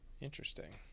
interesting